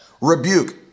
Rebuke